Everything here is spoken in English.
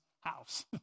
house